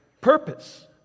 purpose